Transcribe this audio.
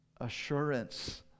assurance